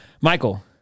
michael